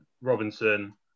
Robinson